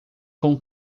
com